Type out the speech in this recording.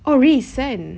oh recent